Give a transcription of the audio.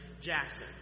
Jackson